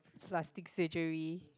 plastic surgery